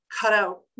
cutout